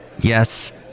Yes